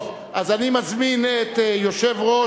טוב, אז אני מזמין את יושב-ראש